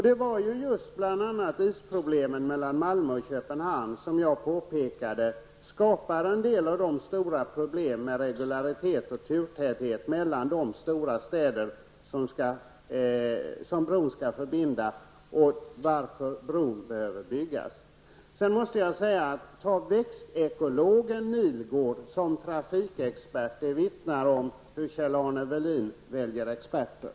Det var just bl.a. Köpenhamn som jag menade skapar en del av de stora problemen som finns med regulariteten och turtätheten i trafiken mellan de stora städer som bron alltså skall förbinda med varandra. Därför behövs bron. Att ha växtekologen Bengt Nihlgård som trafikexpert vittnar om hur Kjell-Arne Welin tänker när han väljer experter.